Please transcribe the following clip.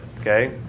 okay